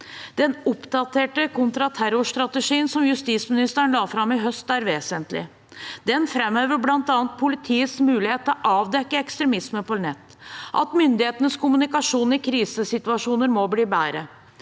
Den oppdaterte kontraterrorstrategien som justisministeren la fram i høst, er vesentlig. Den framhever bl.a. politiets mulighet til å avdekke ekstremisme på nett, og at myndighetenes kommunikasjon i krisesituasjoner må bli bedre.